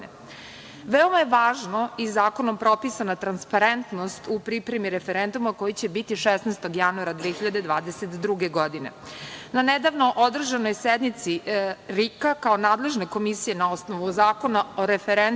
je važno i zakonom propisana transparentnost u pripremi referenduma koji će biti 16. januara 2022. godine. Na nedavno održanoj sednici RIK, kao nadležne Komisije, na osnovu Zakona o referendumu,